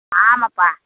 ஆமாப்பா